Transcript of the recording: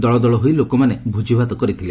ଦଳଦଳ ହୋଇ ଲୋକମାନେ ଭୋଜିଭାତ କରୁଛନ୍ତି